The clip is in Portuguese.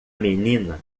menina